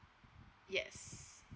yes